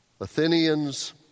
Athenians